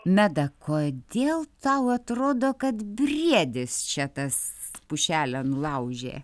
meda kodėl tau atrodo kad briedis čia tas pušelę nulaužė